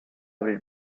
abrir